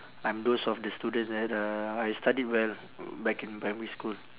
I'm those of the student that uh I studied well back in primary school